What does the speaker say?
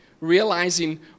realizing